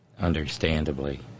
Understandably